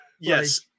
yes